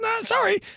sorry